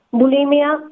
bulimia